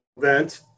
event